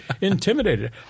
intimidated